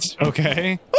Okay